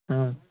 ꯑ